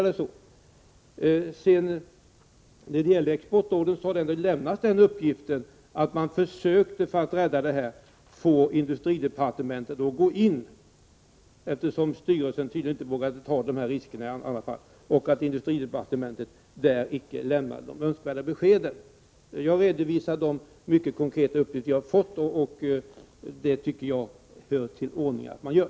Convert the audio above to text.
När det gäller exportordern har väl den uppgiften lämnats att man försökte rädda det hela genom att få industridepartementet att gå in, eftersom styrelsen i annat fall inte vågade ta dessa risker och att industridepartementet icke lämnade de begärda beskeden. Jag har redovisat de mycket konkreta uppgifter jag fått, och det tycker jag att det hör till ordningen att man gör.